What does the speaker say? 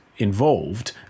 involved